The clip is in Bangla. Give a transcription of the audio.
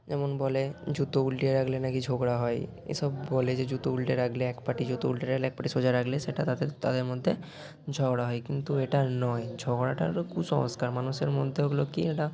যেমন বলে জুতো উল্টে রাখলে না কি ঝগড়া হয় এসব বলে যে জুতো উল্টে রাখলে এক পাটি জুতো উল্টে রাখলে এক পাটি সোজা রাখলে সেটা তাদের তাদের মধ্যে ঝগড়া হয় কিন্তু এটা নয় ঝগড়াটা হল কুসংস্কার মানুষের মধ্যে ওগুলো কী ওটা